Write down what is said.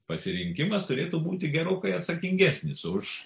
pasirinkimas turėtų būti gerokai atsakingesnis už